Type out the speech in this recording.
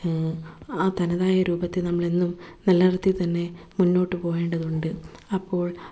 ആ തനതായ രൂപത്തെ നമ്മൾ എന്നും നിലനിർത്തി തന്നെ മുന്നോട്ട് പോകേണ്ടതുണ്ട് അപ്പോൾ